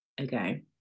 Okay